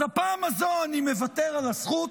אז הפעם הזו אני מוותר על הזכות.